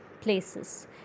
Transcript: places